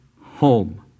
home